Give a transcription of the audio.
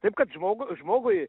taip kad žmogų žmogui